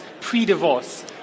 pre-divorce